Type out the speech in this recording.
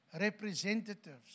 representatives